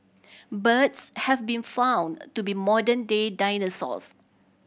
birds have been found to be modern day dinosaurs